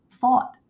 thought